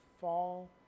fall